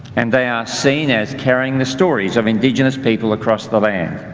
and they are seen as carrying the stories of indigenous people across the land.